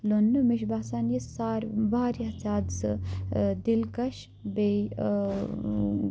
لوننہٕ مےٚ چھ باسان یہِ ساروے واریاہ زِیادٕ سُہ دِلکَش بیٚیہِ